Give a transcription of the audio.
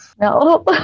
No